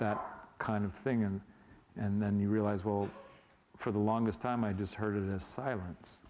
that kind of thing and and then you realize well for the longest time i just heard of this silence